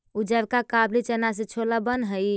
उजरका काबली चना से छोला बन हई